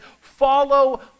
follow